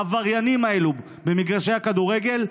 לעבריינים האלה במגרשי הכדורגל,